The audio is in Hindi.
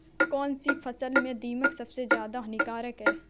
कौनसी फसल में दीमक सबसे ज्यादा हानिकारक है?